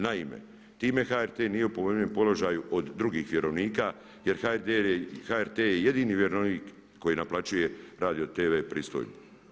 Naime, time HRT nije u povoljnijem položaju od drugih vjerovnika jer HRT je jedini vjerovnik koji naplaćuje radio – TV pristojbu.